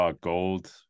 gold